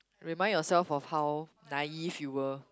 remind yourself of how naive you were